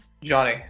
Johnny